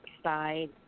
Side